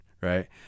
right